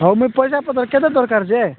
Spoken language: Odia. ହେଉ ମୁ ପଇସା ପଠାଇବି କେତେ ଦରକାର ଯେ